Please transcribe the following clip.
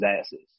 asses